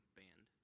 band